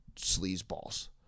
sleazeballs